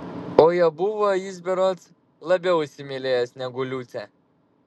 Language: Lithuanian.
o ją buvo jis berods labiau įsimylėjęs negu liucę